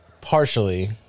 partially